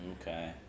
Okay